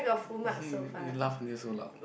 you you laugh until so loud